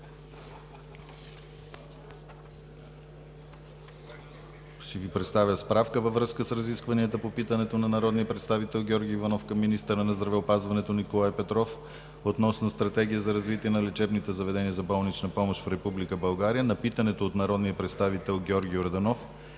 питането на народния представител Георги Иванов